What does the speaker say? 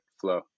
flow